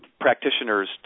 practitioners